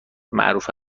معروف